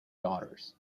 daughters